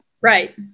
right